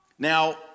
Now